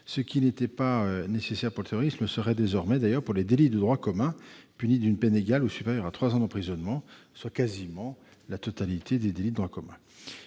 Ce qui n'était pas nécessaire pour le terrorisme le serait désormais pour des délits de droit commun punis d'une peine égale ou supérieure à trois ans d'emprisonnement, soit la quasi-totalité des délits de droit commun